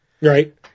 right